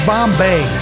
Bombay